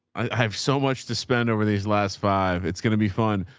i have so much to spend over these last five. it's going to be fun.